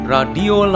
Radio